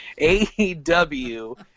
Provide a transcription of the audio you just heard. AEW